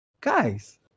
guys